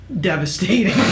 devastating